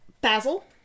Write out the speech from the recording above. Basil